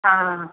ആ